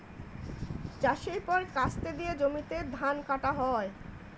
চাষের পর কাস্তে দিয়ে জমিতে ধান কাটা হয়